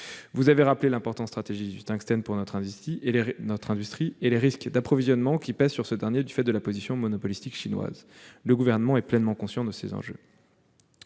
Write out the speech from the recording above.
Vous avez rappelé l'importance stratégique du tungstène pour notre industrie et les risques d'approvisionnement pesant sur cette ressource du fait de la position monopolistique chinoise. Le Gouvernement est pleinement conscient de ces enjeux.